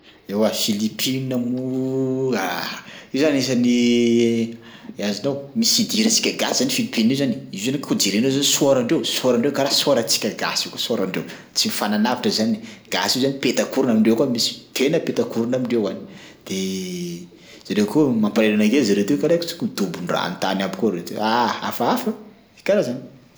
Eoa Philippines moa io zany anisan'ny azonao misy idirantsika gasy zany Philippines io zany e, izy io ny koa jerenao zao s 么 randreo, s 么 randreo karaha s 么 rantsika gasy io koa s 么 randreo. Tsy mifanalavitra izany e, gasy izy io zany petak'orona amindreo any koa misy tena petak'orona amindreo any, de zareo koa mampalahelo anakay zareo teo karaha tsy ko dobon-drano tany aby koa reo, ah! Hafahafa, karaha zany.